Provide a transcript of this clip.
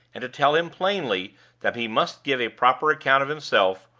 and to tell him plainly that he must give a proper account of himself,